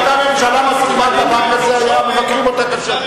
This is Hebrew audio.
אם היתה הממשלה מסכימה לזה היו מבקרים אותה קשה.